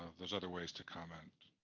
those other ways to comment.